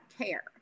care